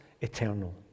eternal